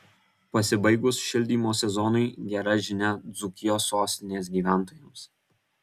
pasibaigus šildymo sezonui gera žinia dzūkijos sostinės gyventojams